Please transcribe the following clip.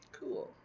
cool